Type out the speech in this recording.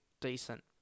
decent